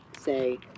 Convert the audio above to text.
say